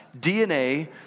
DNA